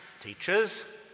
teachers